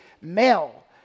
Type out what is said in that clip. male